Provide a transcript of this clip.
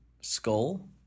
skull